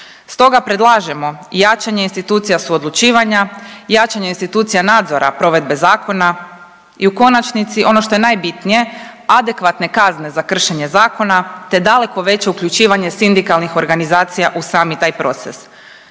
Stoga predlažemo jačanje institucija suodlučivanja, jačanja institucija nadzora provedbe zakona i u konačnici, ono što je najbitnije, adekvatne kazne za kršenje zakona te daleko veće uključivanje sindikalnih organizacija u sami taj proces